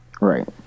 Right